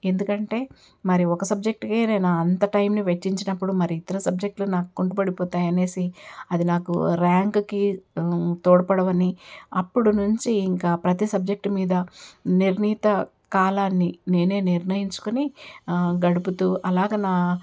ఎందుకంటే మరి ఒక సబ్జెక్టుకే నేను అంత టైంని వెచ్చించినపుడు మరి ఇతర సబ్జెక్టులు నాకు కుంటుపడిపోతాయి అనేసి అది నాకు ర్యాంక్కి తోడ్పడవు అని అప్పుడు నుంచి ఇంకా ప్రతీ సబ్జెక్ట్ మీద నిర్ణీత కాలాన్ని నేనే నిర్ణయించుకొని గడుపుతూ అలాగా నా